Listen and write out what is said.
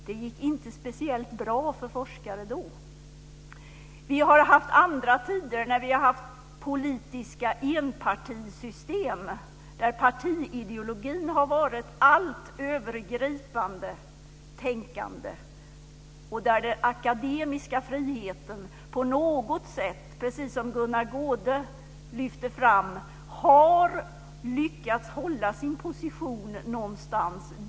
Det gick inte speciellt bra för forskare då. Vi har haft andra tider då det har funnits politiska enpartisystem, där partiideologin har varit övergripande allt tänkande och där den akademiska friheten på något sätt, precis som Gunnar Goude lyfte fram, har lyckats hålla sin position dold någonstans.